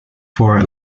for